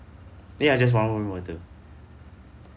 ya just one room will do